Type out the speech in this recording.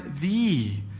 thee